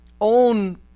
own